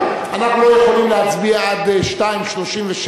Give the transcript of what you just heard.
אנחנו לא יכולים להצביע עד 14:37,